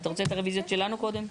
אתה רוצה את הרביזיות שלנו קודם?